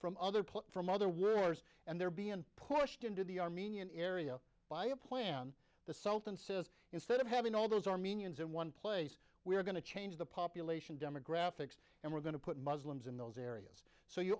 from other place from other workers and their b and pushed into the armenian area by a plan the sultan says instead of having all those armenians in one place we're going to change the population demographics and we're going to put muslims in those areas so you